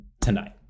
tonight